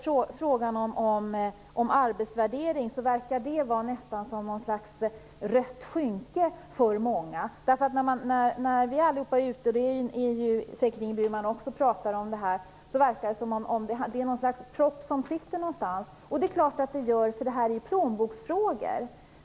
Frågan om arbetsvärdering verkar nästan vara som ett rött skynke för många. När vi liksom säkerligen också Ingrid Burman är ute och pratar om det här verkar det sitta en propp någonstans, och det gäller ju plånboksfrågor.